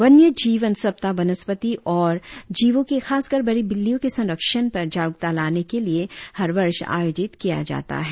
वन्य जीवन सप्ताह वनस्पति और जीवों के खासकर बड़ी बिल्लियों के संरक्षण पर जागरुकता लाने के लिए हर वर्ष आयोजित किया जाता है